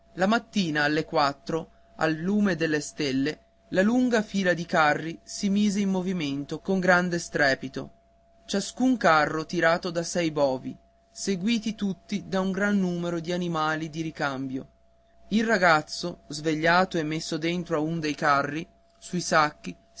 la mattina alle quattro al lume delle stelle la lunga fila dei carri si mise in movimento con grande strepitio ciascun carro tirato da sei bovi seguiti tutti da un gran numero di animali di ricambio il ragazzo svegliato e messo dentro a un dei carri sui sacchi